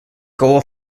goal